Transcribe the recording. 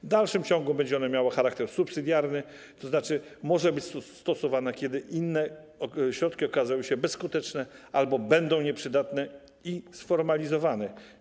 W dalszym ciągu będzie miała ona charakter subsydiarny, tzn. może być stosowana, kiedy inne środki okażą się bezskuteczne albo będą nieprzydatne i sformalizowane.